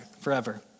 forever